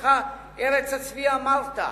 בספרך "ארץ הצבי", אמרת: